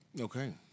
Okay